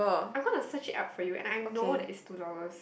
I'm gonna search it up for you I I'm know it's two dollars